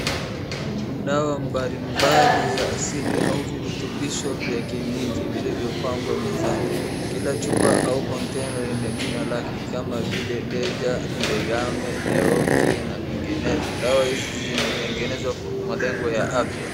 Dawa mbalimbali za asili au virutubisho za kienyeji vilivyopangwa mezani. Kila chupa au container lina jina lake kama vile Deja, Nzegame, Leoki na nyinginezo. Dawa hizi zimetengenezwa kwa malengo ya afya.